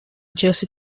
jersey